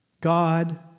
God